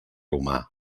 humà